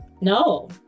no